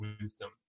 wisdom